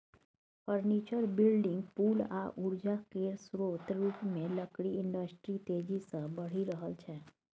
furniture, building, पुल आ उर्जा केर स्रोत रुपमे लकड़ी इंडस्ट्री तेजी सँ बढ़ि रहल छै